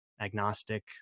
agnostic